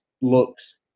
looks